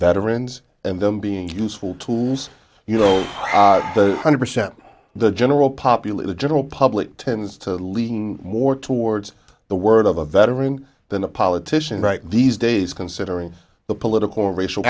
veterans and i'm being useful tools you know the hundred percent of the general populace the general public tends to lean more towards the word of a veteran than a politician right these days considering the political racial